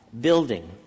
building